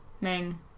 Ming